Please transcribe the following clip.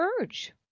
urge